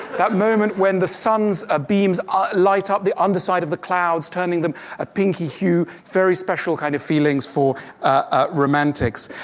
that moment when the sun's ah beams ah light up the undersides of the clouds, turning them a pinky hue very special kind of feelings for ah romantics.